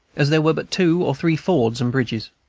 as there were but two or three fords and bridges.